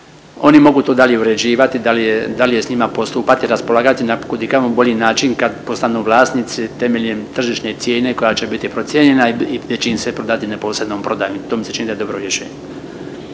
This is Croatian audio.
oni mogu to dalje uređivati dalje, dalje s njima postupati i raspolagati na kud i kamo bolji način kad postanu vlasnici temeljem tržišne cijene koja će biti procijenjena te će im se prodati na posebnoj prodaji. To mi se čini da je dobro rješenje.